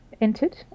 entered